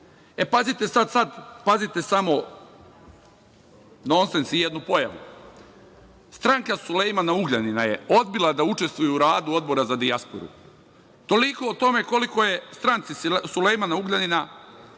uopšte. Pazite samo nonses i jednu pojavu, stranka Sulejmana Ugljanina je odbila da učestvuje u radu Odbora za dijasporu. Toliko o tome koliko je stranci Sulejmana Ugljanina